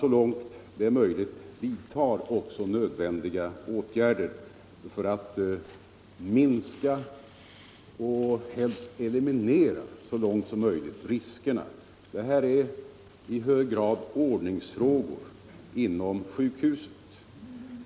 Så långt det är möjligt bör man också vidta nödvändiga åtgärder för att minska och helst eliminera riskerna. Det här är i hög grad ordningsfrågor inom sjukhusen.